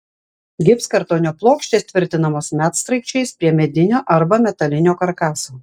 gipskartonio plokštės tvirtinamos medsraigčiais prie medinio arba metalinio karkaso